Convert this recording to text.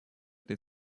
этой